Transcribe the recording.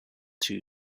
two